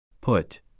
put